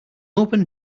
open